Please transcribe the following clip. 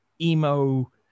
emo